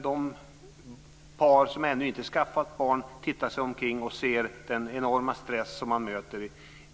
De par som ännu inte har skaffat barn ser den enorma stressen